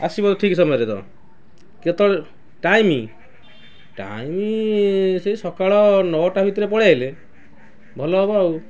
ଆସିବ ଠିକ୍ ସମୟରେ ତ କେତେବେଳେ ଟାଇମ୍ ଟାଇମ୍ ସେ ସକାଳ ନଅଟା ଭିତରେ ପଳାଇଆସିଲେ ଭଲ ହବ ଆଉ